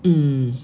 mm